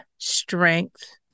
strength